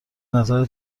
نظر